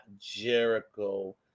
Jericho